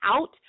out